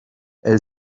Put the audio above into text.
elle